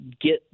get